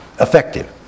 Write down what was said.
effective